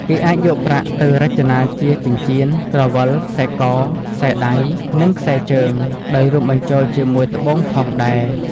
គេអាចយកប្រាក់ទៅរចនាជាចិញ្ចៀន ក្រវិល ខ្សែក ខ្សែដៃ និងខ្សែជើង ដោយរួមបញ្ចូលជាមួយត្បូងផងដែរ។